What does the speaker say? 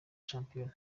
shampiyona